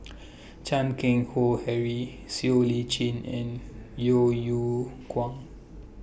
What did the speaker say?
Chan Keng Howe Harry Siow Lee Chin and Yeo Yeow Kwang